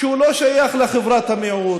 שהוא לא שייך לחברת המיעוט,